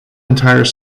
entire